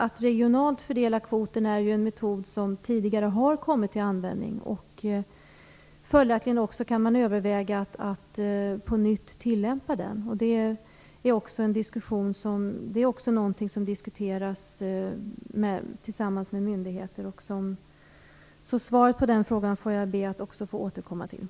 Att regionalt fördela kvoten är ju en metod som tidigare har kommit till användning. Följaktligen kan man också överväga att på nytt tillämpa den. Det är också någonting som diskuteras tillsammans med myndigheterna. Jag får be att få återkomma till svaret på den frågan också.